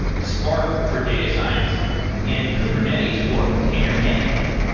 spark for data science and kubernetes for container management.